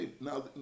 now